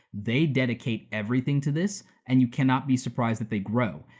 they dedicate everything to this and you cannot be surprised that they grow.